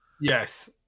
Yes